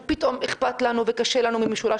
של פתאום אכפת לנו וקשה לנו עם משולש